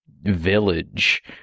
village